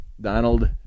Donald